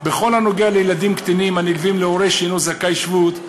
בכל הנוגע לילדים קטינים הנלווים להורה שאינו זכאי שבות,